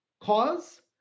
cause